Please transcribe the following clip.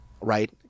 right